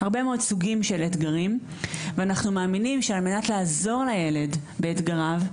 הרבה מאוד סוגים של אתגרים ואנחנו מאמינים שעל מנת לעזור לילד באתגריו,